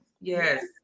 Yes